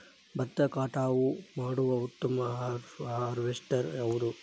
ಭತ್ತ ಕಟಾವು ಮಾಡುವ ಉತ್ತಮ ಹಾರ್ವೇಸ್ಟರ್ ಯಾವುದು?